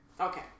Okay